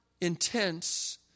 intense